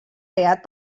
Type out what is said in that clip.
beat